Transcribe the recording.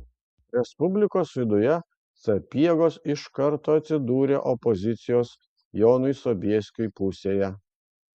respublikos viduje sapiegos iš karto atsidūrė opozicijos jonui sobieskiui pusėje